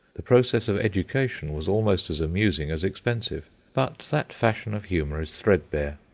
the process of education was almost as amusing as expensive but that fashion of humour is threadbare.